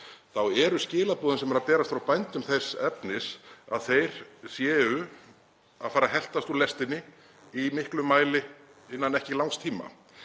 þá eru skilaboðin sem berast frá bændum þess efnis að þeir séu að fara að heltast úr lestinni í miklum mæli innan ekki langs tíma.